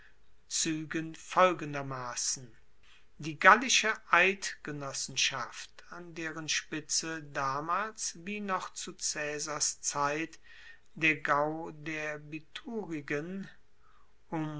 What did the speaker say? zuegen folgendermassen die gallische eidgenossenschaft an deren spitze damals wie noch zu caesars zeit der gau der